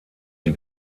die